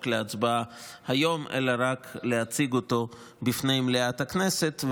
להצבעה היום אלא רק להציג אותו בפני מליאת הכנסת,